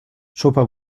sopa